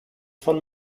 von